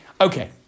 Okay